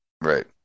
Right